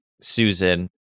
Susan